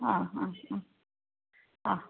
हा हा हा हा